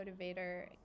motivator